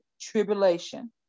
tribulation